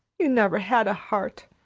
you never had a heart.